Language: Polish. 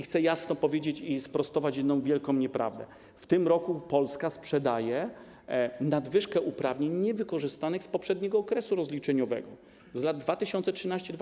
Chcę jasno powiedzieć i sprostować jedną wielką nieprawdę: w tym roku Polska sprzedaje nadwyżkę uprawnień niewykorzystanych z poprzedniego okresu rozliczeniowego, z lat 2013–2020.